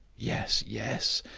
yes! yes!